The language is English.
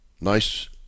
Nice